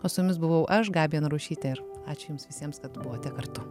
o su jumis buvau aš gabija narušytė ir ačiū jums visiems kad buvote kartu